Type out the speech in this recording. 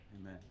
Amen